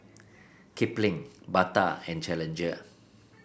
Kipling Bata and Challenger